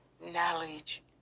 knowledge